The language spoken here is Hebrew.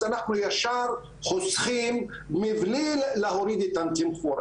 אז אנחנו ישר חוסכים מבלי להוריד את התמחור.